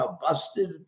busted